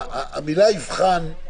זה